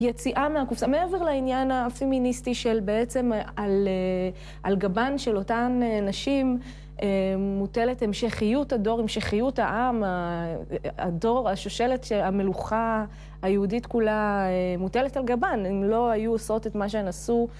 יציאה מהקופסא. מעבר לעניין הפמיניסטי של בעצם על גבן של אותן נשים מוטלת המשכיות הדור, המשכיות העם, הדור, השושלת, המלוכה היהודית כולה מוטלת על גבן. הן לא היו עושות את מה שהן עשו